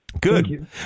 good